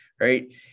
right